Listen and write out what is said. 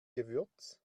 gewürz